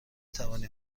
توانی